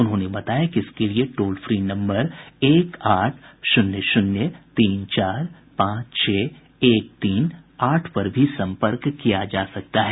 उन्होंने बताया कि इसके लिए टोल फ्री नम्बर एक आठ शून्य शून्य तीन चार पांच छह एक तीन आठ पर भी संपर्क किया जा सकता है